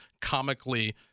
comically